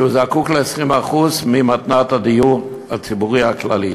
שזקוק ל-20% ממתנת הדיור הציבורי הכללי.